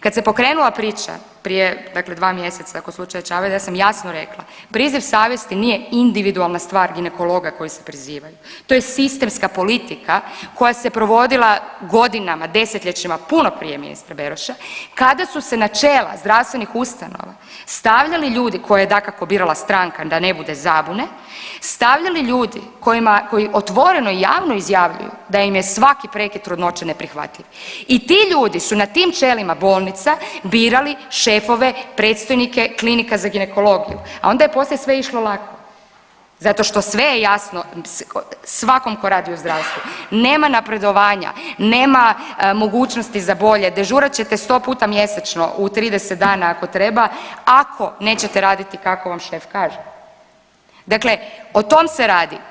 Kad se pokrenula priča, prije dakle dva mjeseca oko slučaja Čavajda ja sam jasno rekla priziv savjesti nije individualna stvar ginekologa koji se prizivaju, to je sistemska politika koja se provodila godinama, 10-ljećima, puno prije ministra Beroša kada su se na čela zdravstvenih ustanova stavljali ljudi koje je dakako birala stranka da ne bude zabune, stavljali ljudi kojima, koji otvoreno i javno izjavljuju da im je svaki prekid trudnoće neprihvatljiv i ti ljudi su na tim čelima bolnica birali šefove i predstojnike klinika za ginekologiju, a onda je poslije sve išlo lako zato što sve je jasno svakom ko radi u zdravstvu, nema napredovanja, nema mogućnosti za bolje, dežurat ćete 100 puta mjesečno u 30 dana ako treba ako nećete raditi kako vam šef kaže, dakle o tom se radi.